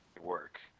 work